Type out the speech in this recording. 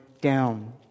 down